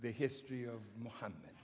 the history of mohamm